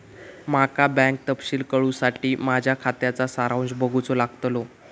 माका बँक तपशील कळूसाठी माझ्या खात्याचा सारांश बघूचो लागतलो